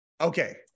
Okay